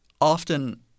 Often